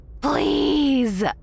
Please